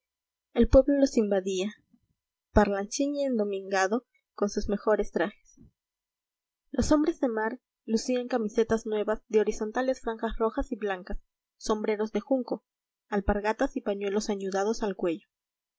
el pueblo los invadía parlanchín y endomingado con sus mejores trajes los hombres de mar lucían camisetas nuevas de horizontales franjas rojas y blancas sombreros de junco alpargatas y pañuelos añudados al cuello